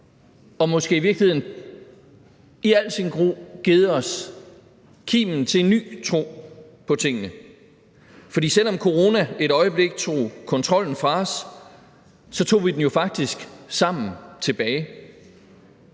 har måske i virkeligheden i al sin gru givet os kimen til en ny tro på tingene. For selv om corona i et øjeblik tog kontrollen fra os, tog vi den jo faktisk sammen tilbage